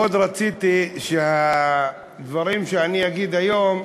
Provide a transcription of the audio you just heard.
מאוד רציתי שבדברים שאני אגיד היום,